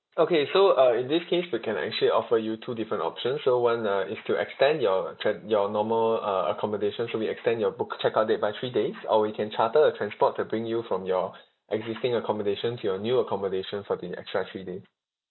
okay so uh in this case we can actually offer you two different options so one uh if you extend your uh tren~ your normal uh accommodation so we extend your book check out date by three days or we can charter a transport to bring you from your existing accommodation to your new accommodation for the extra three day